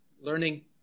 Learning